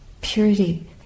purity